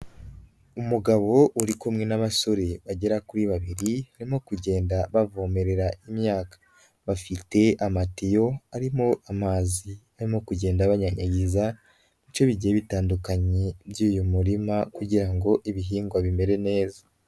Umugabo uri kumwe n'abasore bagera kuri babiri, barimo kugenda bavomerera imyaka, bafite amatiyo arimo amazi barimo kugenda banyanganyeza mu bice bigiye bitandukanye by'uyu murima kugira ngo ngo ibihingwa bimere neza.